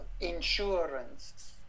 insurance